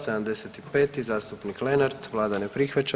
75., zastupnik Lenart, Vlada ne prihvaća.